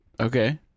Okay